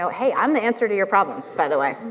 so hey, i'm the answer to your problems, by the way.